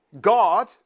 God